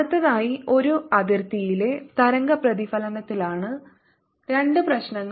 അടുത്തതായി ഒരു അതിർത്തിയിലെ തരംഗ പ്രതിഫലനത്തിലാണ് രണ്ട് പ്രശ്നങ്ങൾ